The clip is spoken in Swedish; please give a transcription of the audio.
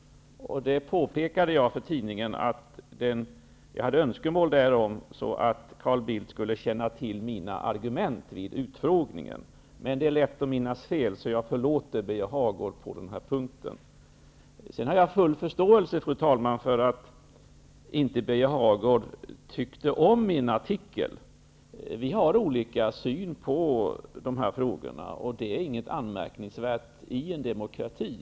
Jag påpekade för tidningen att jag hade önskemål därom för att Carl Bildt skulle känna till mina argument vid utfrågningen. Men det är lätt att minnas fel. Därför förlåter jag Birger Hagård på den punkten. Jag har, fru talman, full förståelse för att Birger Hagård inte tycker om min artikel. Vi har olika syn i de här frågorna, och det är inget anmärkningsvärt i en demokrati.